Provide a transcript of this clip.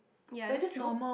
ya that's true